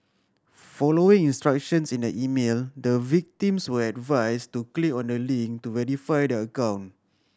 following instructions in the email the victims were advised to click on a link to verify their account